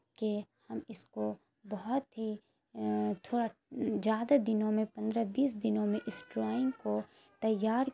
کہ ہم اس کو بہت ہی تھوڑا زیادہ دنوں میں پندرہ بیس دنوں میں اس ڈرائنگ کو تیار